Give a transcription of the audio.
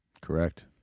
Correct